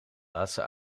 laatste